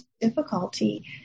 difficulty